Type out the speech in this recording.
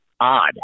odd